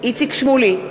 איציק שמולי,